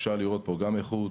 אפשר לראות פה איכות,